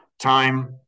time